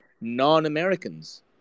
non-Americans